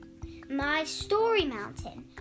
mystorymountain